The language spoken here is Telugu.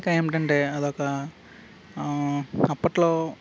ఇంకా ఏమిటంటే అదొక అప్పట్లో